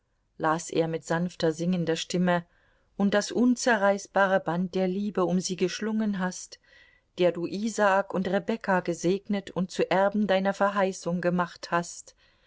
las er mit sanfter singender stimme und das unzerreißbare band der liebe um sie geschlungen hast der du isaak und rebekka gesegnet und zu erben deiner verheißung gemacht hast